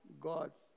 God's